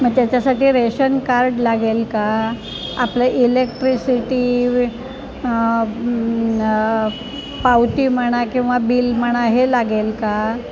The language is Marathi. मग त्याच्यासाठी रेशन कार्ड लागेल का आपलं इलेक्ट्रिसिटी पावती म्हणा किंवा बिल म्हणा हे लागेल का